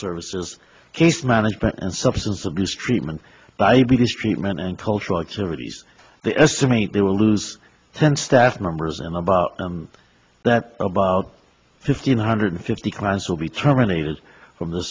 services case management and substance abuse treatment by because treatment and cultural activities they estimate there will lose ten staff members and about that about fifteen hundred fifty clients will be terminated from the